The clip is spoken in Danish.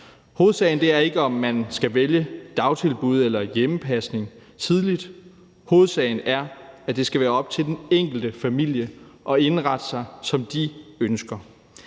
Hovedsagen er ikke, om man skal vælge dagtilbud eller hjemmepasning tidligt; hovedsagen er, at det skal være op til den enkelte familie at indrette sig, som de ønsker.